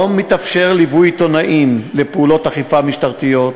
לא מתאפשר ליווי עיתונאים לפעולות אכיפה משטרתיות,